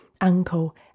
ankle